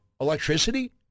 electricity